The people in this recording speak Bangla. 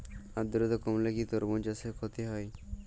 আদ্রর্তা কমলে কি তরমুজ চাষে ক্ষতি হয়?